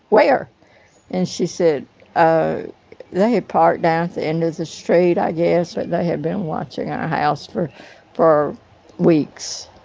where? and she said ah they had parked down at the end of the street, i guess, or they had been watching our house for for weeks